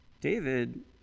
David